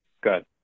Good